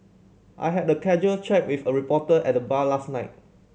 I had a casual chat with a reporter at the bar last night